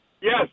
Yes